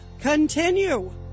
continue